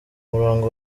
murongo